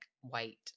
white